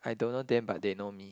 I don't know them but they know me